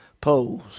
polls